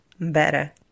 better